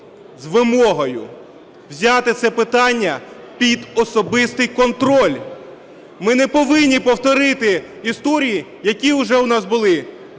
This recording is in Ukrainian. з вимогою взяти це питання під особистий контроль. Ми не повинні повторити історії, які вже у нас були